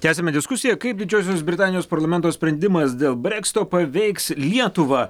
tęsiame diskusiją kaip didžiosios britanijos parlamento sprendimas dėl breksito paveiks lietuvą